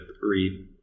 read